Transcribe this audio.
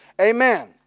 Amen